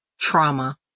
trauma